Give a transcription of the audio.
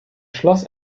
schloss